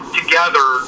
together